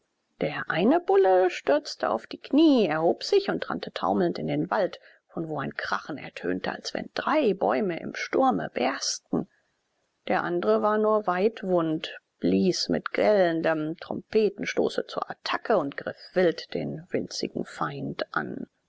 der eine bulle stürzte auf die knie erhob sich und rannte taumelnd in den wald von wo ein krachen ertönte als wenn drei bäume im sturme bersten der andere war nur waidwund blies mit gellenden trompetenstößen zur attacke und griff wild den winzigen feind an